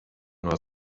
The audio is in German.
nur